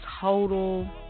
total